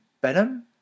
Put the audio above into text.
Benham